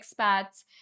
expats